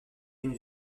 une